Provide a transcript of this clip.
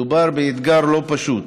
מדובר באתגר לא פשוט,